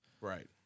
Right